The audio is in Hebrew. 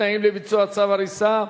תנאים לביצוע צו הריסה),